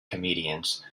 comedians